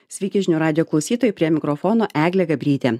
sveiki žinių radijo klausytojai prie mikrofono eglė gabrytė